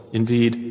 indeed